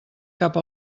cap